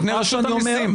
מרשות המיסים.